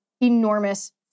enormous